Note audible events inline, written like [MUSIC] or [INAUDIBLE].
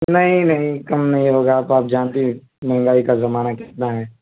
نہیں نہیں کم نہیں ہوگا [UNINTELLIGIBLE] تو آپ جانتے ہی ہیں مہنگائی کا زمانہ کتنا ہے